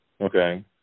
Okay